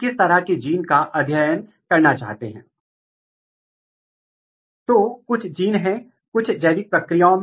इस तरह का आनुवांशिक विश्लेषण आप करते हैं और आप बता सकते हैं कि दोनों म्यूटेंट एक ही जीन में हैं या अलग जीन में